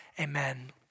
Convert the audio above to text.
Amen